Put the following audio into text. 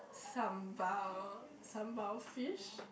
sambal sambal fish